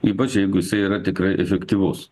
ypač jeigu jisai yra tikrai efektyvus